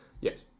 Yes